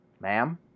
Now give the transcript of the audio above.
Ma'am